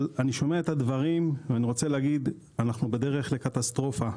אני שומע את הדברים ואני רוצה להגיד שאנחנו בדרך לקטסטרופה.